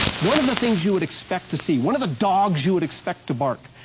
one of the things you would expect to see, one of the dogs you would expect to bark,